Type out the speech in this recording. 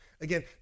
Again